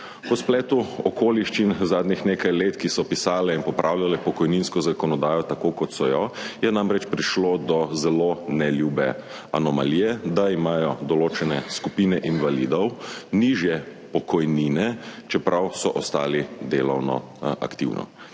Po spletu okoliščin zadnjih nekaj let, ki so pisale in popravljale pokojninsko zakonodajo tako, kot so jo, je namreč prišlo do zelo neljube anomalije, da imajo določene skupine invalidov nižje pokojnine, čeprav so ostali delovno aktivni.